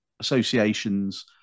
associations